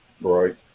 Right